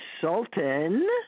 Sultan